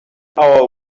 our